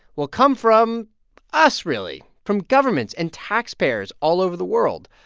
will come from us, really, from governments and taxpayers all over the world.